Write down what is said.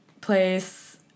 place